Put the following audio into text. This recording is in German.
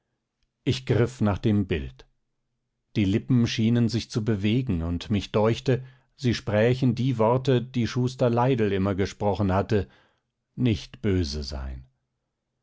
ich griff nach dem bild die lippen schienen sich zu bewegen und mich deuchte sie sprächen die worte die schuster leidl immer gesprochen hatte nicht böse sein